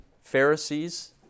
Pharisees